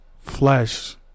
flesh